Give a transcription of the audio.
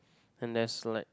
and there's like